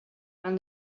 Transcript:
and